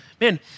man